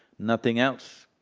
nothing else.